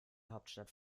hauptstadt